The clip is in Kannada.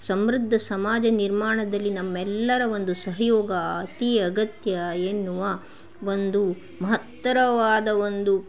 ಸಮೃದ್ಧ ಸಮಾಜ ನಿರ್ಮಾಣದಲ್ಲಿ ನಮ್ಮೆಲ್ಲರ ಒಂದು ಸಹಯೋಗ ಅತೀ ಅಗತ್ಯ ಎನ್ನುವ ಒಂದು ಮಹತ್ತರವಾದ ಒಂದು